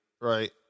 right